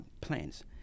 plans